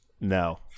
No